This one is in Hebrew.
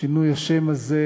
השם של